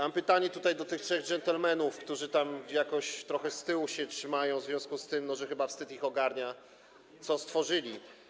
Mam pytanie do tych trzech dżentelmenów, którzy tam jakoś trochę z tyłu się trzymają w związku z tym, że chyba wstyd ich ogarnia, o to, co stworzyli.